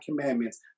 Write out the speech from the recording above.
commandments